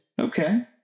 Okay